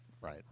Right